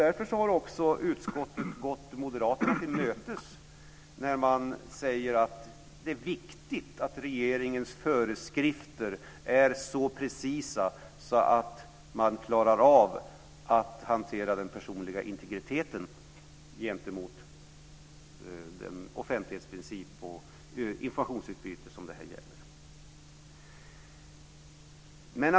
Därför har också utskottet gått Moderaterna till mötes när man säger att det är viktigt att regeringens föreskrifter är så precisa att man klarar av att hantera den personliga integriteten gentemot den offentlighetsprincip och det informationsutbyte som det här gäller.